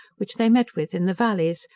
which they met with in the vallies,